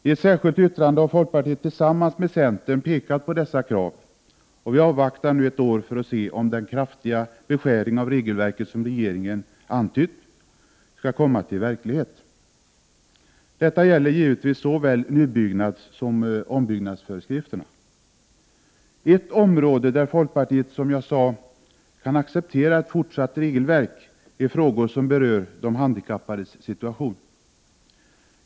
I ett särskilt yttrande har folkpartiet tillsammans med centern pekat på dessa krav, och vi avvaktar nu ett år för att se om den kraftiga beskärning av regelverket som regeringen antytt skall bli verklighet. Detta gäller givetvis såväl nybyggnadssom ombyggnadsföreskrifterna. Ett område där folkpartiet, som jag sade, kan acceptera ett fortsatt regelverk gäller frågor som berör de handikappades situation.